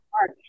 art